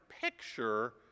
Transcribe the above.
picture